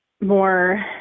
more